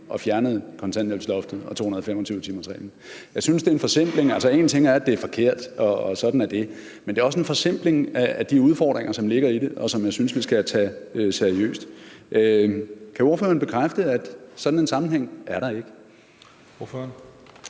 og fjernede kontanthjælpsloftet og 225-timersreglen. Jeg synes, det er en forsimpling. Altså, en ting er, at det er forkert, og sådan er det, men det er også en forsimpling af de udfordringer, som ligger i det, og som jeg synes man skal tage seriøst. Kan ordføreren bekræfte, at sådan en sammenhæng er der ikke?